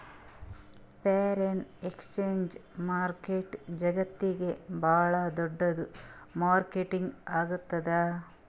foreign exchange market ಜಗತ್ತ್ನಾಗೆ ಭಾಳ್ ದೊಡ್ಡದ್ ಮಾರುಕಟ್ಟೆ ಆಗ್ಯಾದ